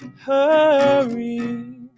hurry